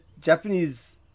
Japanese